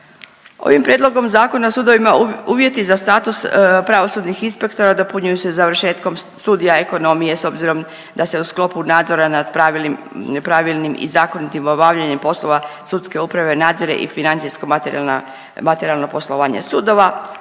Ovim Prijedlogom Zakona o sudovima uvjeti za status pravosudnih inspektora dopunjuju se završetkom studija ekonomije s obzirom da se u sklopu nadzora nad pravilnim i zakonitim obavljanjem poslova sudske uprave nadzire i financijsko materijalna, materijalno poslovanje sudova.